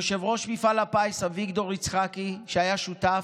יושב-ראש מפעל הפיס אביגדור יצחקי, שהיה שותף,